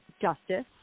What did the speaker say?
Justice